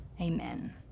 amen